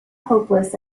hopeless